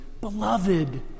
Beloved